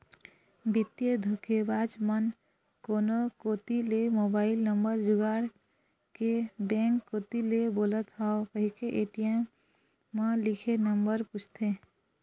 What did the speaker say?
बित्तीय धोखेबाज मन कोनो कोती ले मोबईल नंबर जुगाड़ के बेंक कोती ले बोलत हव कहिके ए.टी.एम म लिखे नंबर पूछथे